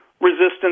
resistance